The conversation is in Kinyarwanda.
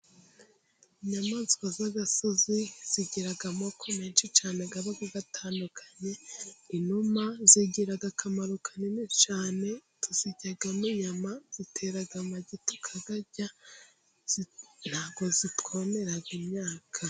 Inyamaswa z'agasozi zigira amoko menshi cyane aba atandukanye; inuma igiraga akamaro kanini cyane, tuzijyamo inyama, ziterara amagi tukayarya, ntabwo zitwomera imyaka.